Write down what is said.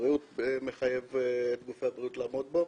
הבריאות שמחייב את גופי הבריאות לעמוד בו,